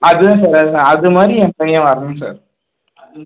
அதான் சார் அது மாதிரி என் பையன் வரணும் சார்